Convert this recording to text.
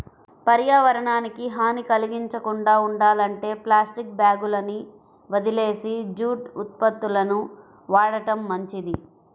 పర్యావరణానికి హాని కల్గించకుండా ఉండాలంటే ప్లాస్టిక్ బ్యాగులని వదిలేసి జూటు ఉత్పత్తులను వాడటం మంచిది